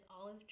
olive